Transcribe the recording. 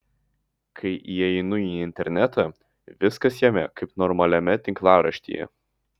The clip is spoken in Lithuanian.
kai įeinu į internetą viskas jame kaip normaliame tinklaraštyje